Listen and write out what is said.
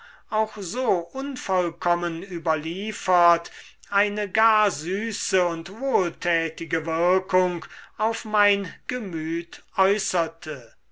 auch so unvollkommen überliefert eine gar süße und wohltätige wirkung auf mein gemüt äußerte